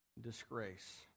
disgrace